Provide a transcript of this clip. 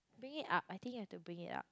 bring it up I think you have to bring it up